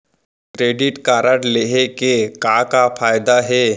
Credit card लेहे के का का फायदा हे?